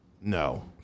No